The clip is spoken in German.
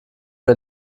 mir